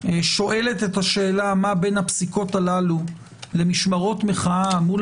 שואלת את השאלה מה בין הפסיקות הללו למשמרות מחאה מול